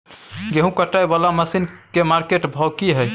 गेहूं काटय वाला मसीन के मार्केट भाव की हय?